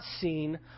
seen